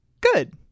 Good